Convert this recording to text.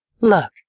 Look